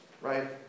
right